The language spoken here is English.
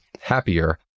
happier